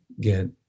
get